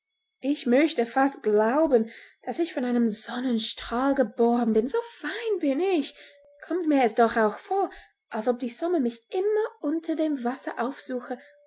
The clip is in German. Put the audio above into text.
ich möchte fast glauben daß ich von einem sonnenstrahl geboren bin so fein bin ich kommt mir es doch auch vor als ob die sonne mich immer unter dem wasser aufsuche